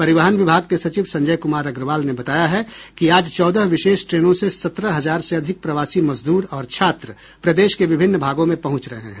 परिवहन विभाग के सचिव संजय कुमार अग्रवाल ने बताया है कि आज चौदह विशेष ट्रेनों से सत्रह हजार से अधिक प्रवासी मजदूर और छात्र प्रदेश के विभिन्न भागों में पहुंच रहे हैं